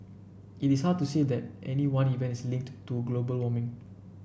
it is hard to say that any one events is linked to global warming